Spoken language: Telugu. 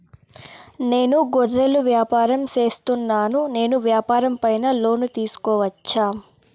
నేను గొర్రెలు వ్యాపారం సేస్తున్నాను, నేను వ్యాపారం పైన లోను తీసుకోవచ్చా?